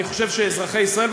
אני חושב שאזרחי ישראל,